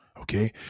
Okay